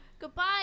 Goodbye